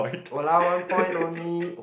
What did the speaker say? !walao! one point only